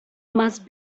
must